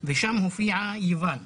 ושם הופיעה יוון.